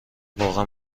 واقعا